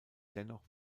dennoch